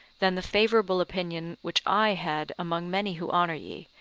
than the favourable opinion which i had among many who honour ye,